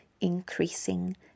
increasing